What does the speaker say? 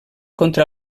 contra